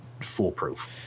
foolproof